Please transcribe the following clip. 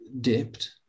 dipped